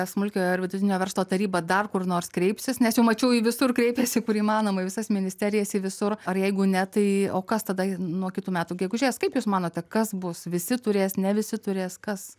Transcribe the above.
smulkiojo ir vidutinio verslo taryba dar kur nors kreipsis nes jau mačiau į visur kreipiasi kur įmanoma į visas ministerijas į visur ar jeigu ne tai o kas tada nuo kitų metų gegužės kaip jūs manote kas bus visi turės ne visi turės kas